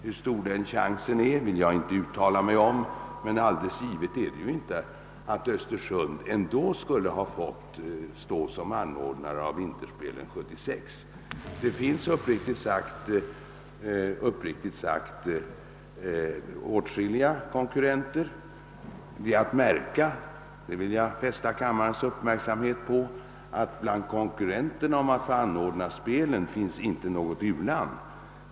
Hur stor denna chans är vill jag inte uttala mig om, men det är inte alldeles givet att Östersund ändå skulle ha fått stå som anordnare av vinterspelen 1976. Vi har, uppriktigt sagt, åtskilliga konkurrenter. Jag vill fästa kammarens uppmärksamhet på att det bland dessa konkurrenter om att få anordna vinterspelen inte finns något u-land.